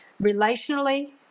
relationally